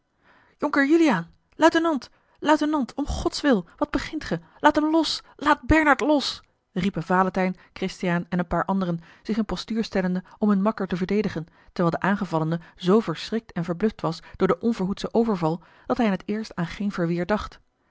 jonker juliaan luitenant luitenant om gods wil wat begint gij laat hem los laat bernard los riepen valentijn christiaan en een paar anderen zich in postuur stellende om hun makker te verdedigen terwijl de aangevallene zoo verschrikt en verbluft was door den onverhoedschen overval dat hij in t eerst aan geen verweer dacht